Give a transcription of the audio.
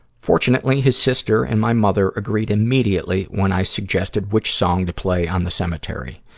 fortunately, his sister and my mother agreed immediately when i suggested which song to play on the cemetery.